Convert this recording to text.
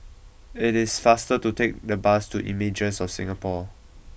it is faster to take the bus to Images of Singapore